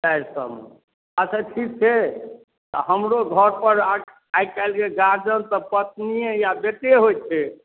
चारि सए मे अच्छा ठीक छै तऽ हमरो घर पर आ आइ कल्हि जे गार्जियन सभ पत्निए या बेटे होइत छै